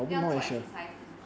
要做 exercise 的是吗